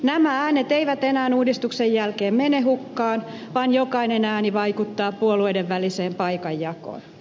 nämä äänet eivät enää uudistuksen jälkeen mene hukkaan vaan jokainen ääni vaikuttaa puolueiden väliseen paikanjakoon